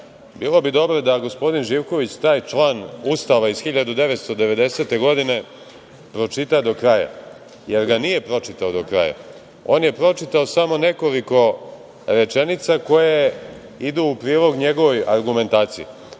bi dobro da gospodin Živković taj član Ustava iz 1990. godine pročita do kraja, jer ga nije pročitao do kraja. On je pročitao samo nekoliko rečenica koje idu u prilog njegovoj argumentaciji.